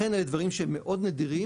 לכן אלו דברים מאוד נדירים,